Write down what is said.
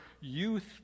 youth